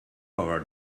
over